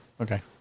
Okay